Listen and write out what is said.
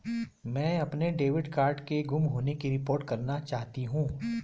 मैं अपने debit card के गुम होने की रिपोर्ट करना चाहती हूँ